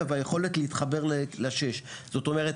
והיכולת להתחבר לכביש 6. זאת אומרת,